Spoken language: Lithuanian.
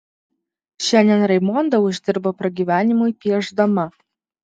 šiandien raimonda uždirba pragyvenimui piešdama